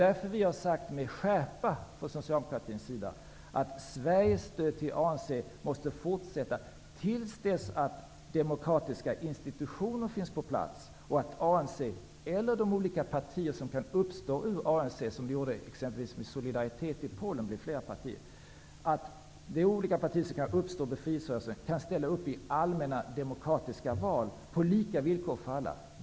Därför har vi från socialdemokratins sida med skärpa sagt att Sveriges stöd till ANC måste fortsätta till dess demokratiska institutioner finns på plats och ANC eller de olika partier som kan uppstå ur befrielserörelsen ANC -- exempelvis Solidaritet i Polen blev ju flera partier -- kan ställa upp i allmänna demokratiska val på lika villkor för alla.